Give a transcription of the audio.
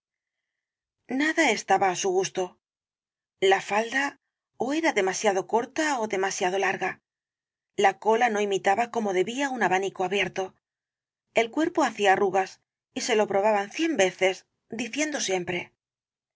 nada estaba á su gusto la falda ó era demasiado corta ó demasiado larga la cola no imitaba como debía un abanico abierto el cuerpo hacía arrugas y se lo probaban cien veces diciendo siempre